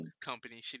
company